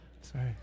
Sorry